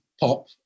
pop